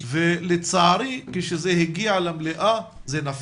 ולצערי כשזה הגיע למליאה זה נפל.